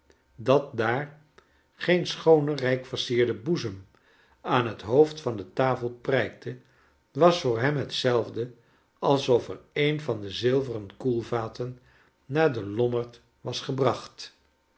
dat daar geen schoone rijk versierde boezem aan het hoofd van de tafel prijkte was voor hem hetzelfde alsof er een van de zilveren koelvaten naar den lommerd was gebracht